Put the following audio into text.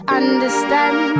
understand